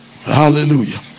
Hallelujah